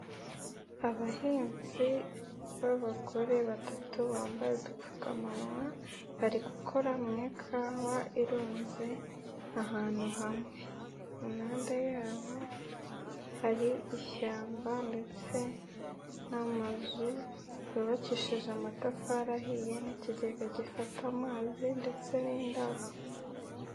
Abahinzi b'abagore batatu bambaye udupfukamunwa bari gukora mu kawa irunze ahantu hamwe, impande yabo hari ishyamba ndetse n'amazu yubakisheje amatafari ahiye n'ikigega gifata amazi ndetse n'indabo.